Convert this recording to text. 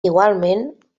igualment